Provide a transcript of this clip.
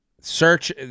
search